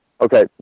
okay